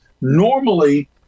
normally